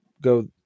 go